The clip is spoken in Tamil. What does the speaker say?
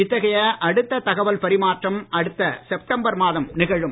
இத்தகை அடுத்த தகவல் பரிமாற்றம் அடுத்த செப்டம்பர் மாதம் நிகழும்